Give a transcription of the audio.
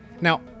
Now